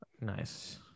Nice